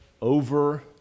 over